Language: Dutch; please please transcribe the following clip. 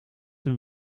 een